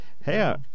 Hey